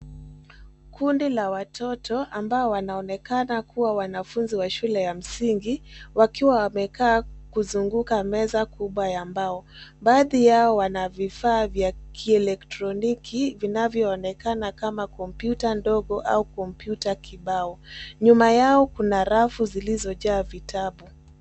Kundi la watoto ambao wanaonekana kuwa wanafunzi wa shule ya msingi wakiwa wamekaa kuzunguka meza kubwa ya mbao. Baadhi yao wana vifaa vya kielekitroniki kinavyoonekana kama kompyuta ndogo au kompyuta kibao. Nyuma yao kuna rafu zilizojaa vitabu.